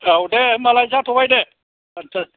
औ दे होनबालाय जाथ'बाय दे दोननोसै